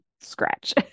scratch